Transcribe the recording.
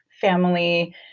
family